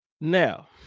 Now